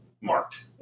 marked